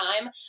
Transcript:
time